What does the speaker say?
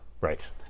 right